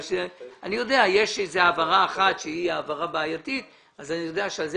יש איזו העברה שהיא העברה בעייתית ואני יודע שלזה